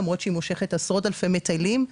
למרות שהיא מושכת עשרות אלפי מטיילים.